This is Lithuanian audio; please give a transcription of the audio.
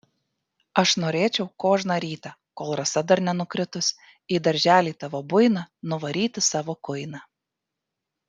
aš norėčiau kožną rytą kol rasa dar nenukritus į darželį tavo buiną nuvaryti savo kuiną